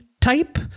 type